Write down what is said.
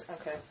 Okay